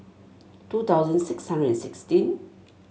two thousand six hundred sixteen